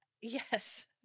Yes